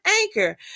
Anchor